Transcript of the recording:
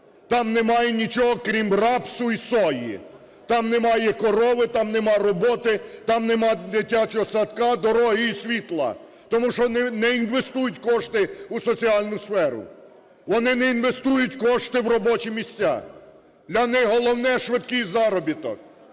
там немає нічого, крім рапсу і сої. Там немає корови, там немає роботи, там немає дитячого садка, дороги і світла, тому що не інвестують кошти у соціальну сферу. Вони не інвестують кошти в робочі місця, для них головне – швидкий заробіток.